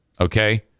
okay